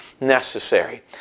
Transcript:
necessary